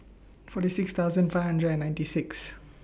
forty six thousand five hundred and ninety six